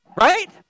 right